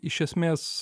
iš esmės